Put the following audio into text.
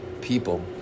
people